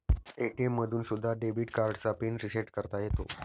ATM मधून सुद्धा debit कार्डचा पिन रिसेट करता येतो